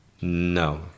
no